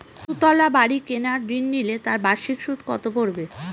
দুতলা বাড়ী কেনার ঋণ নিলে তার বার্ষিক সুদ কত পড়বে?